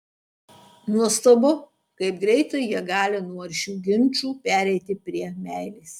nuostabu kaip greitai jie gali nuo aršių ginčų pereiti prie meilės